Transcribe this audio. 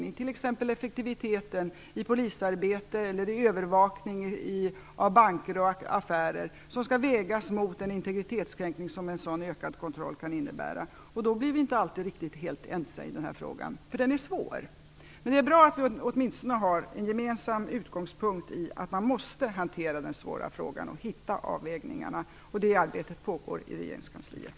Det har t.ex. gällt effektiviteten i polisarbete eller i övervakning av banker och affärer, som skall vägas mot den integritetskränkning som en sådan ökad kontroll kan innebära. Då är vi inte alltid helt ense. Frågan är svår. Men det är bra att vi åtminstone har en gemensam utgångspunkt i att man måste hantera den svåra frågan och hitta avvägningarna. Det arbetet pågår i regeringskansliet.